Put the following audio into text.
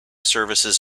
services